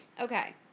Okay